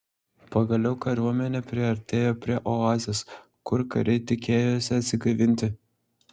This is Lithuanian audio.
pagaliau kariuomenė priartėjo prie oazės kur kariai tikėjosi atsigaivinti